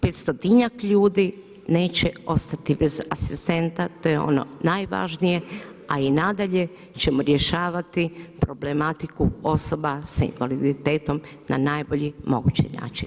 500-njak ljudi neće ostati bez asistenta to je ono najvažnije, a i nadalje ćemo rješavati problematiku osoba s invaliditetom na najbolji mogući način.